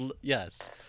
Yes